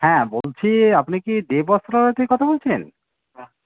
হ্যাঁ বলছি আপনি কি দে বস্ত্রালয় থেকে কথা বলছেন